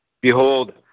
Behold